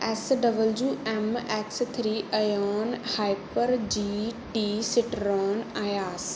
S W M X three ਆਯੂਨ hyper GT ਸਟਰੋਨ ਆਯਾਸ